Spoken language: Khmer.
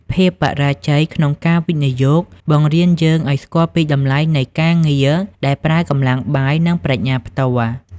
ភាពបរាជ័យក្នុងការវិនិយោគ បង្រៀនយើងឱ្យស្គាល់ពីតម្លៃនៃ "ការងារដែលប្រើកម្លាំងបាយ និងប្រាជ្ញាផ្ទាល់"។